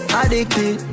addicted